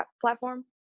platform